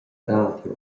radio